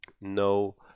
no